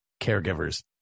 caregivers